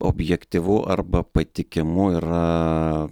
objektyvu arba patikimu yra